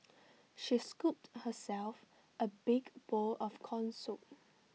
she scooped herself A big bowl of Corn Soup